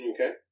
Okay